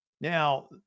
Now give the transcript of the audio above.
Now